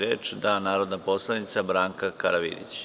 Reč ima narodni poslanik Branka Karavidić.